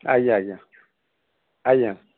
ଆଜ୍ଞା ଆଜ୍ଞା ଆଜ୍ଞା